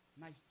nice